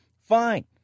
fine